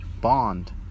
Bond